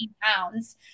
pounds